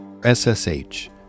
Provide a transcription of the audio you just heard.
SSH